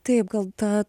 taip gal ta